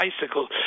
bicycle